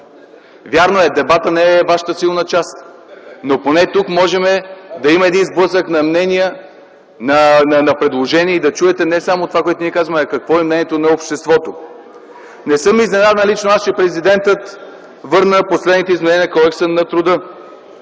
Вярно е, дебатът не е вашата силна част, но поне тук може да има сблъсък на мнения, на предложения и да чуете не само това, което ние казваме, а какво е мнението на обществото. Не съм изненадан лично аз, че президентът върна последните изменения в Кодекса на труда.